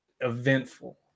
eventful